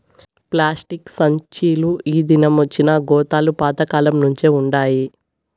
plastic సంచీలు ఈ దినమొచ్చినా గోతాలు పాత కాలంనుంచే వుండాయి